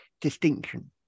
distinction